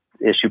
issue